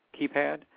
keypad